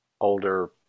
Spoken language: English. older